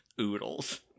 Oodles